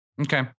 Okay